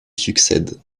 succède